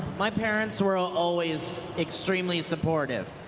my parents were always extremely supportive.